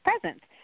presents